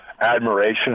admiration